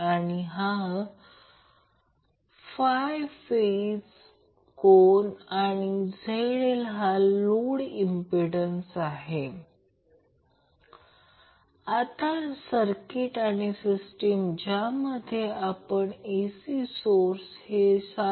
Q खूप जास्त आहे जर Q खूप जास्त असेल तर अंदाजे 2 Q0 2 असेल